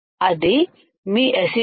అది మీ అసిటోన్